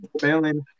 failing